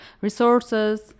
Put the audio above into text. resources